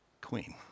queen